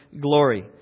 glory